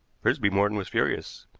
frisby morton was furious.